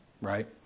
right